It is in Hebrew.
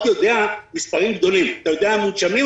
יודע מספרים גדולים אתה יודע מונשמים,